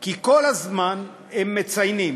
כי כל הזמן הם מציינים,